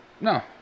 no